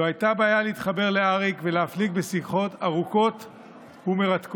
לא הייתה בעיה להתחבר לאריק ולהפליג בשיחות ארוכות ומרתקות.